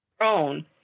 own